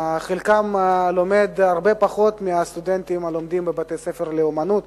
חלקם לומדים הרבה פחות מהסטודנטים הלומדים בבתי-ספר לאמנות,